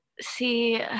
see